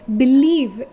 believe